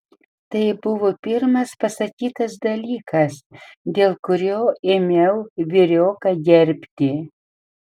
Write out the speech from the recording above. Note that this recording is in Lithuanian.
tai buvo pirmas pasakytas dalykas dėl kurio ėmiau vyrioką gerbti